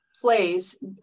plays